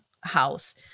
house